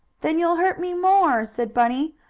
then you'll hurt me more, said bunny.